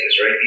right